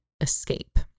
escape